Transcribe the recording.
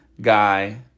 guy